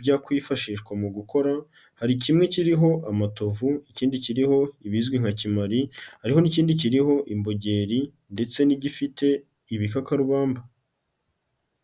byakwifashishwa mu gukora, hari kimwe kiriho amatovu, ikindi kiriho ibizwi nka kimari, hariho n'ikindi kiriho imbogeri ndetse n'igifite ibikakarubamba.